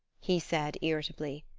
he said, irritably.